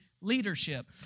leadership